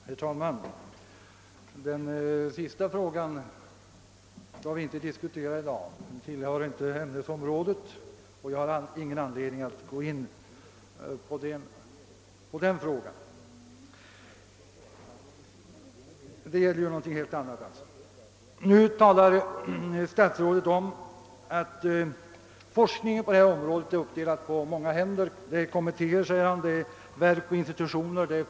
Herr talman! Den sista meningen i statsrådet Palmes inlägg skall vi inte diskutera i dag. Den frågan tillhör inte dagens ämnesområde, och jag har sålunda ingen anledning att ta upp den. Nu talar statsrådet om att forskningen på detta område är uppdelad på många händer — kommittéer, verk och institutioner, fonder etc.